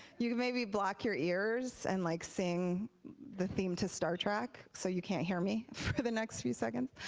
you can maybe block your ears and like sing the theme to star trek so you can't hear me for the next few seconds.